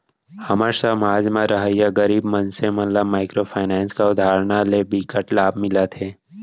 हमर समाज म रहवइया गरीब मनसे मन ल माइक्रो फाइनेंस के अवधारना ले बिकट लाभ मिलत हे